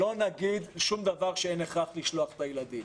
שלא נגיד שום דבר שאין הכרח לשלוח את הילדים.